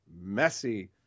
messy